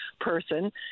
person